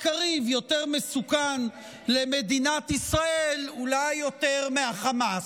קריב מסוכן למדינת ישראל אולי יותר מחמאס,